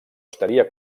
estaria